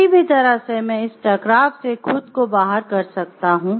किसी भी तरह से मैं इस टकराव से खुद को बाहर कर सकता हूं